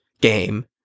game